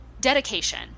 dedication